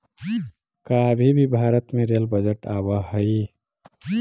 का अभी भी भारत में रेल बजट आवा हई